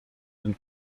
and